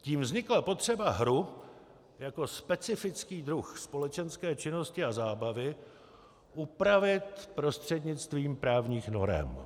Tím vznikla potřeba hru jako specifický druh společenské činnosti a zábavy upravit prostřednictvím právních norem.